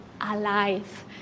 alive